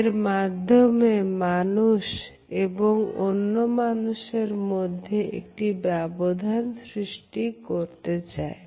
এর মাধ্যমে মানুষ এবং অন্য মানুষের মধ্যে একটি ব্যবধান সৃষ্টি করতে চায়